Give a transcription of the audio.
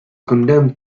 condemned